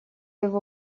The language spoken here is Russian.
его